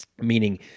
Meaning